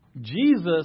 Jesus